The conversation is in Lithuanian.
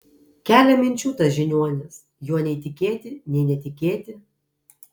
kelia minčių tas žiniuonis juo nei tikėti nei netikėti